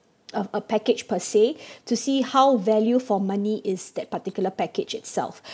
a a package per se to see how value for money is that particular package itself